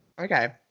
Okay